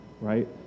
Right